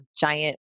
giant